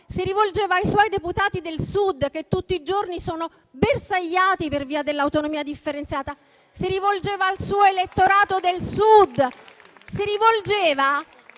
si rivolgeva ai suoi deputati del Sud, che tutti i giorni sono bersagliati per via dell'autonomia differenziata. Si rivolgeva al suo elettorato del Sud, si rivolgeva